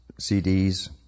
CDs